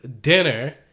dinner